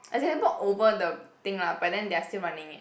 as in they bought over the thing lah but then they are still running it